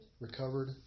Recovered